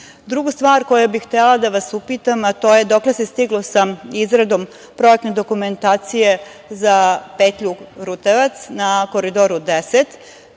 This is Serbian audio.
stvar koju bih htela da vas upitam, a to je – dokle se stiglo sa izradom projektne dokumentacije za petlju Rutevac na Koridoru 10,